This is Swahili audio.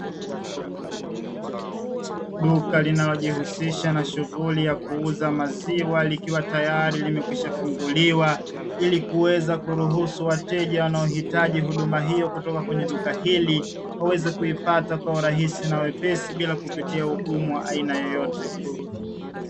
Duka linalojihusisha na shughuli ya kuuza maziwa likiwa tayari limekwisha kufunguliwa, ili kuweza kuruhusu wateja wanaohitaji huduma hiyo kutoka kwenye duka hili, waweze kuipata kwa urahisi na wepesi bila kupitia ugumu wa aina yoyote.